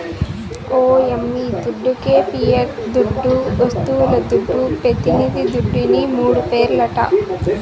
ఓ యమ్మీ దుడ్డికే పియట్ దుడ్డు, వస్తువుల దుడ్డు, పెతినిది దుడ్డుని మూడు పేర్లట